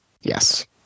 Yes